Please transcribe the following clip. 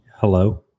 Hello